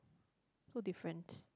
so different